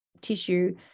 tissue